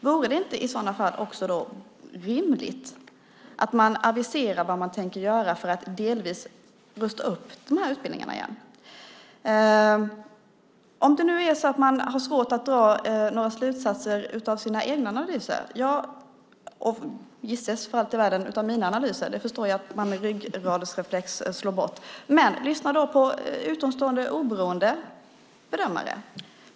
Vore det då inte rimligt att man aviserar vad man tänker göra för att delvis rusta upp de här utbildningarna igen? Om det är så att man har svårt att dra några slutsatser av sina egna analyser och av mina analyser - det förstår jag att man med ryggradsreflexer slår bort - kan man då inte lyssna på utomstående, oberoende bedömare?